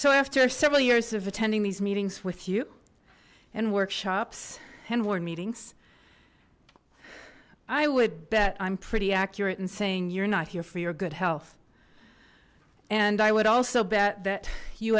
so after several years of attending these meetings with you and workshops and ward meetings i would bet i'm pretty accurate and saying you're not here for your good health and i would also bet that you